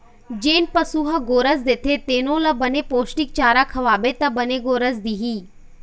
जेन पशु ह गोरस देथे तेनो ल बने पोस्टिक चारा खवाबे त बने गोरस दिही